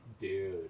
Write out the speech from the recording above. Dude